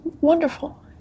wonderful